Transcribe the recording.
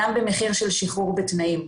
גם במחיר של שחרור בתנאים.